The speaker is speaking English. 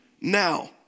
now